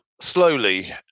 slowly